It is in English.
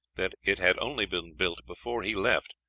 that it had only been built before he left,